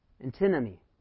Antinomy